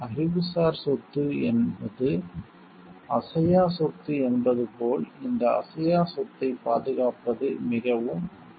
அறிவுசார் சொத்து என்பது அசையா சொத்து என்பது போல இந்த அசையா சொத்தை பாதுகாப்பது மிகவும் முக்கியம்